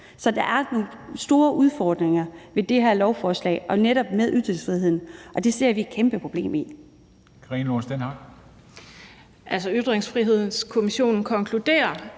Så der er nogle store udfordringer med det her lovforslag netop med ytringsfriheden, og det ser vi et kæmpe problem i.